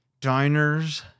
Diners